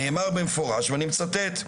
נאמר במפורש ואני מצטט.